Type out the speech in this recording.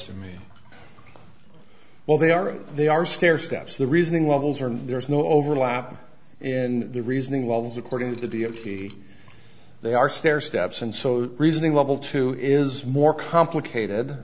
to me well they are they are stairsteps the reasoning levels or there is no overlap in the reasoning levels according to the d o t they are stair steps and so reasoning level two is more complicated